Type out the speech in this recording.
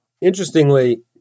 interestingly